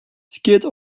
skate